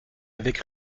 avec